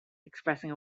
expressing